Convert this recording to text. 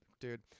dude